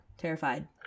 Terrified